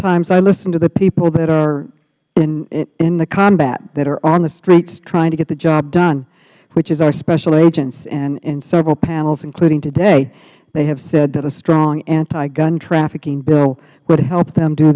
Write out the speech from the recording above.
oftentimes i listen to the people that are in the combat that are on the streets trying to get the job done which is our special agents and in several panels including today they have said that a strong antiguntrafficking bill would help them do